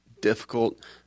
difficult